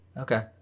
okay